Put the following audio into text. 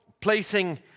placing